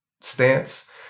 stance